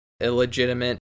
illegitimate